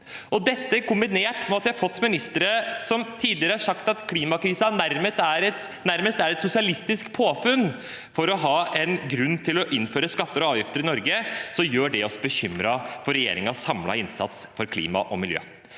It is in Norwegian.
Dette, kombinert med at vi har fått ministre som tidligere har sagt at klimakrisen nærmest er et sosialistisk påfunn for å ha en grunn til å innføre skatter og avgifter i Norge, gjør oss bekymret for regjeringens samlede innsats for klima og miljø.